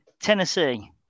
Tennessee